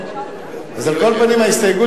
אוקיי, אז על כל פנים, ההסתייגות